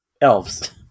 elves